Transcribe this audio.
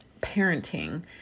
parenting